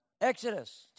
Exodus